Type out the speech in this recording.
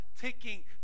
ticking